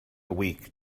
week